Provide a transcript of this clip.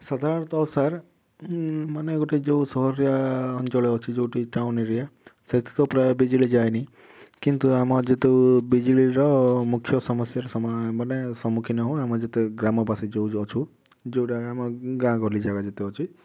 ସାଧାରଣତଃ ସାର୍ ମାନେ ଗୋଟେ ଯେଉଁ ସହରିଆ ଅଞ୍ଚଳିଆ ଅଛି ଯେଉଁଠି ଟାଉନ୍ ଏରିଆ ସେଠି ତ ପ୍ରାୟ ବିଜୁଳି ଯାଏନି କିନ୍ତୁ ଆମେ ଯେହେତୁ ବିଜୁଳିର ମୁଖ୍ୟ ସମସ୍ୟାର ସମ୍ମୁଖୀନ ହଉ ଆମର ଯେତେ ଗ୍ରାମବାସୀ ଯେଉଁ ଯେଉଁ ଅଛୁ ଯେଉଁଟା ଆମ ଗାଁଗହଳି ଯାଗା ଯେତେ ଅଛି